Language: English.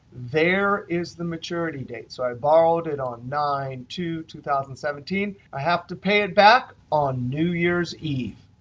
there is the maturity date. so i borrowed it on nine two two thousand and seventeen. i have to pay it back on new year's eve.